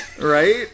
Right